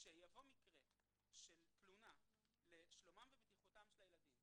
המקרים של תלונה לשלומם ובטיחותם של הילדים,